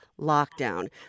lockdown